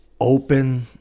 open